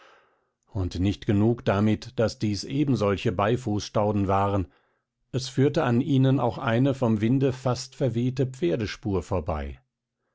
und nicht genug damit daß dies ebensolche beifußstauden waren es führte an ihnen auch eine vom winde fast verwehte pferdespur vorbei